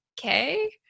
okay